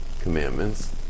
commandments